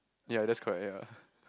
ya that's correct ya